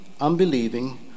unbelieving